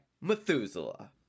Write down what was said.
Methuselah